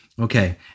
okay